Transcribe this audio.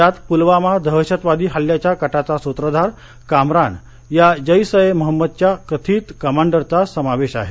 यात पुलवामा दहशतवादी हल्ल्याच्या कटाचा सूत्रधार कामरान या जैश ए महम्मदघ्या कथित कमांडरचा समावेश आहे